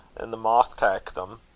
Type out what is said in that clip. an' the moth tak' them.